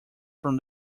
from